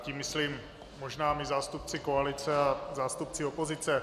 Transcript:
Tím myslím možná my zástupci koalice a zástupci opozice.